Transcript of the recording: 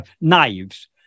knives